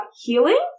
healing